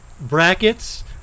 brackets